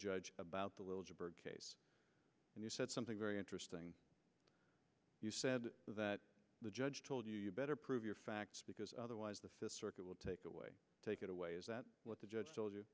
judge about the little job and you said something very interesting you said that the judge told you you better prove your facts because otherwise the fifth circuit will take away take it away is that what the judge told